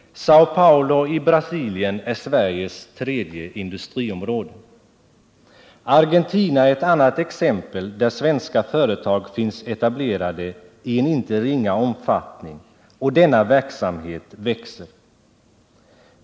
Sao Paulo i Brasilien är Sveriges tredje industriområde. Argentina är ett annat exempel. Där finns svenska företag etablerade i inte ringa omfattning, och denna verksamhet växer.